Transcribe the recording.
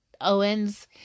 Owens